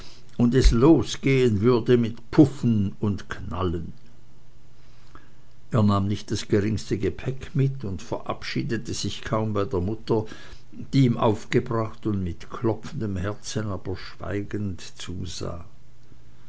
und es losgehen würde mit puffen und knallen er nahm nicht das geringste gepäck mit und verabschiedete sich kaum bei der mutter die ihm aufgebracht und mit klopfendem herzen aber schweigend zusah